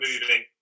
moving